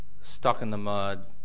stuck-in-the-mud